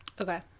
Okay